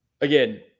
again –